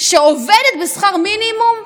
שעובדת בשכר מינימום?